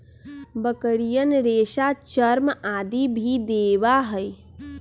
बकरियन रेशा, चर्म आदि भी देवा हई